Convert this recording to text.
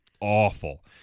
awful